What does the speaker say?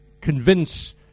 convince